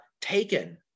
taken